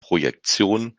projektion